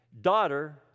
daughter